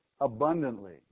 abundantly